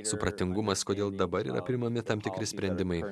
supratingumas kodėl dabar yra priimami tam tikri sprendimai